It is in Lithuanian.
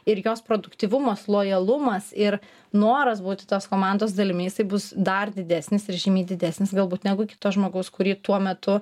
ir jos produktyvumas lojalumas ir noras būti tos komandos dalimi jisai bus dar didesnis ir žymiai didesnis galbūt negu kito žmogaus kurį tuo metu